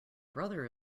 brother